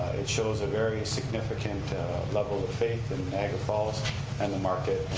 it shows a very significant level of faith in niagara falls and the market